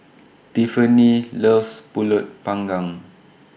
Tiffanie loves Pulut Panggang